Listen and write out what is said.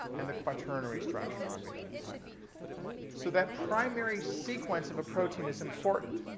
and the quaternary structure will be. so that primary sequence of a protein is important.